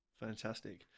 Fantastic